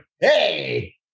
hey